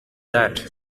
that